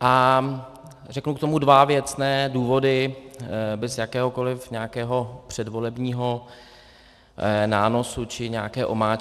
a řeknu k tomu dva věcné důvody bez jakéhokoliv nějakého předvolebního nánosu či nějaké omáčky.